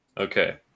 Okay